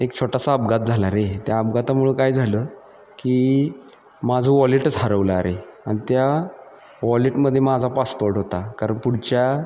एक छोटासा अपघात झाला रे त्या अपघातामुळं काय झालं की माझं वॉलेटच हरवला अरे आणि त्या वॉलेटमध्ये माझा पासपोर्ट होता कारण पुढच्या